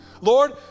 Lord